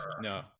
No